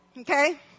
Okay